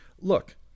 Look